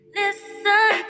listen